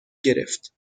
گرفت